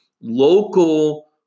local